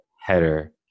header